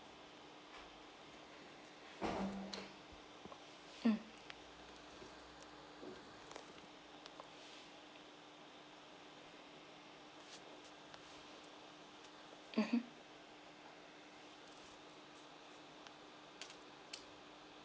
mm mmhmm